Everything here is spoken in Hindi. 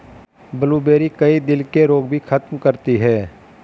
ब्लूबेरी, कई दिल के रोग भी खत्म करती है